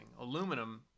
Aluminum